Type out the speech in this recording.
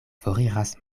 foriras